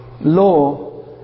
law